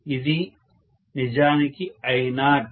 ఇది నిజానికి I0